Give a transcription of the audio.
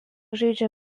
žaidžia